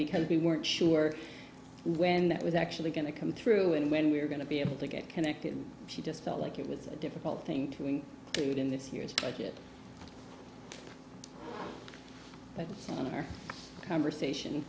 because we weren't sure when that was actually going to come through and when we were going to be able to get connected she just felt like it was a difficult thing to do in this year's budget but in our conversation